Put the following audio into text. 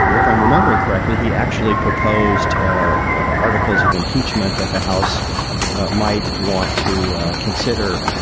but if i'm remembering correctly, he actually proposed articles of impeachment that the house might want to consider.